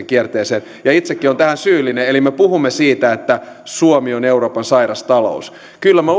kierteeseen ja itsekin olen tähän syyllinen eli me puhumme siitä että suomi on euroopan sairas talous kyllä minä